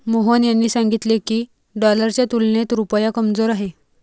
मोहन यांनी सांगितले की, डॉलरच्या तुलनेत रुपया कमजोर आहे